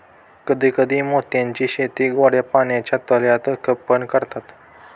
कधी कधी मोत्यांची शेती गोड्या पाण्याच्या तळ्यात पण करतात